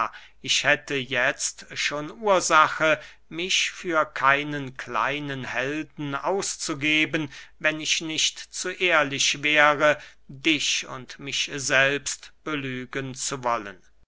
ich hätte jetzt schon ursache mich für keinen kleinen helden auszugeben wenn ich nicht zu ehrlich wäre dich und mich selbst belügen zu wollen